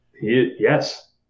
Yes